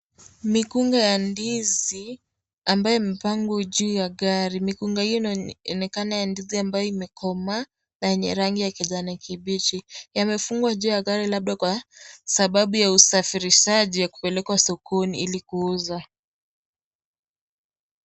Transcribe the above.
Mikunga ya ndizi ambayo imepangwa juu ya gari mikunga hio inaonekana ya ndizi ambayo imekomaa na yenye rangi ya kijani kibichi , na yamefungwa juu ya gari labda kwa sababu ya usafirishaji ya kupelekwa sokoni ili kuuza.